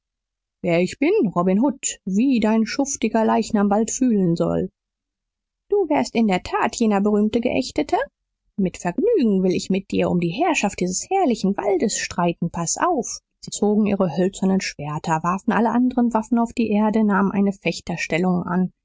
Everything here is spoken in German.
wer ich bin robin hood wie dein schuftiger leichnam bald fühlen soll du wärest in der tat jener berühmte geächtete mit vergnügen will ich mit dir um die herrschaft dieses herrlichen waldes streiten paß auf sie zogen ihre hölzernen schwerter warfen alle anderen waffen auf die erde nahmen eine fechterstellung an